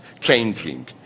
changing